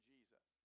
Jesus